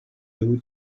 two